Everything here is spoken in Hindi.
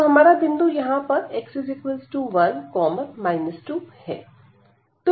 तो हमारा बिंदु यहां पर x1 2 है